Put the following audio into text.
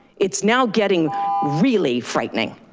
it's now getting really frightening.